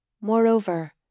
Moreover